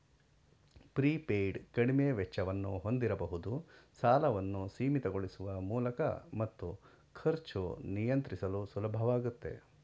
prepaid ಕಡಿಮೆ ವೆಚ್ಚವನ್ನು ಹೊಂದಿರಬಹುದು ಸಾಲವನ್ನು ಸೀಮಿತಗೊಳಿಸುವ ಮೂಲಕ ಮತ್ತು ಖರ್ಚು ನಿಯಂತ್ರಿಸಲು ಸುಲಭವಾಗುತ್ತೆ